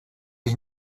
ich